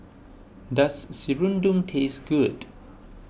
does Serunding taste good